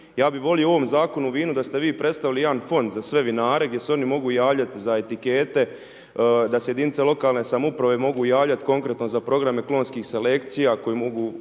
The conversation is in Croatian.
Ja bi volio u ovom Zakonu o vinu da ste vi predstavili jedan fond za sve vinare gdje se oni mogu javljati za etikete, da se jedinice lokalne samouprave mogu javljati konkretno za programe klonskih selekcija koje mogu